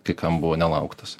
kai kam buvo nelauktas